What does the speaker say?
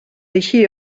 així